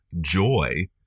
joy